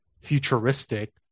futuristic